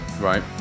Right